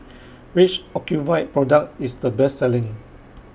Which Ocuvite Product IS The Best Selling